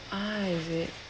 ah is it